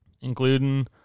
including